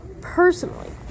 personally